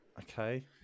Okay